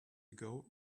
ago